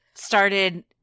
started